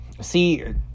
See